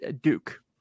Duke